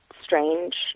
strange